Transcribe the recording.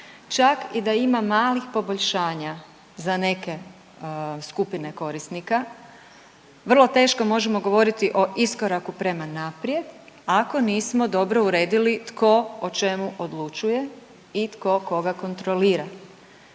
Čak i da ima malih poboljšanja za neke skupine korisnika vrlo teško možemo govoriti o iskoraku prema naprijed, ako nismo dobro uredili tko o čemu odlučuje i tko koga kontrolira.